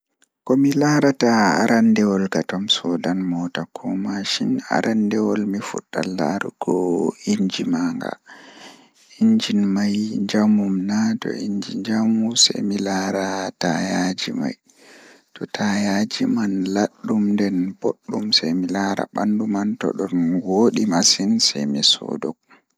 Komi laarata aranndewol kam tomi soodan moota ko mashi aranndewol kam mi fuɗɗan laarugo inji mannga injin mai njamu nda to injin mai njamum nden mi laara taayaji man to taayaji man boɗɗum laɗɗum nden mi laara bandu man to ɗum wooɗi masin sei mi sooda.